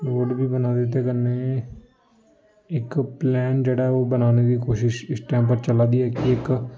road बी बना दे ते कन्नै इक प्लैन जेह्ड़ा ऐ ओह् बनाने दी कोशिश इस टैम उप्पर चला दी ऐ कि इक